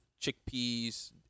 chickpeas